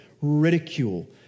ridicule